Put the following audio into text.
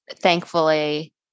thankfully